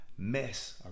mess